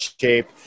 shape